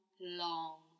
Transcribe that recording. long